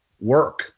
work